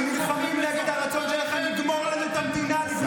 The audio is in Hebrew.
הם נלחמים נגד הרצון שלנו לגמור לנו את המדינה,